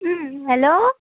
hello